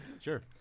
Sure